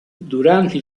durante